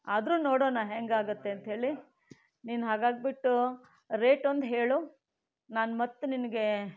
ಆದರೂ ನೋಡೋಣ ಹೇಗೆ ಆಗುತ್ತೆ ಅಂಥೇಳಿ ನೀನು ಹಾಗಾಗ್ಬಿಟ್ಟು ರೇಟ್ ಒಂದು ಹೇಳು ನಾನು ಮತ್ತೆ ನಿನಗೆ